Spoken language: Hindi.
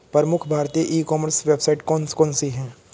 प्रमुख भारतीय ई कॉमर्स वेबसाइट कौन कौन सी हैं?